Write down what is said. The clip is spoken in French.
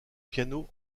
piano